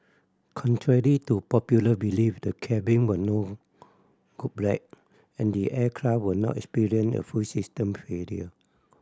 contrary to popular belief the cabin will no go black and the aircraft will not experience a full system failure